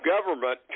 government